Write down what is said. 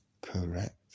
Correct